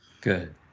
Good